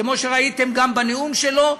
כמו שראיתם גם בנאום שלו,